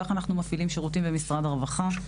כך אנחנו מפעילים שירותים במשרד הרווחה.